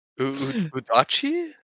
Udachi